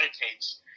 meditates